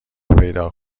پیدا